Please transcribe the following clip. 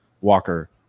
Walker